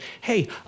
hey